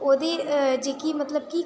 ओह्दी जेह्की मतलब कि